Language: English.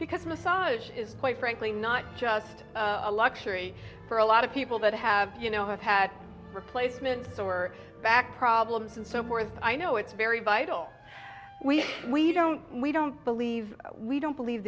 because massage is quite frankly not just a luxury for a lot of people that have you know have had replacements or back problems and so forth i know it's very vital we we don't we don't believe we don't believe